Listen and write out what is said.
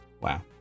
Wow